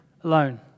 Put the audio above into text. alone